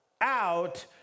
out